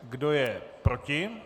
Kdo je proti?